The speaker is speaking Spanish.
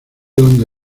donde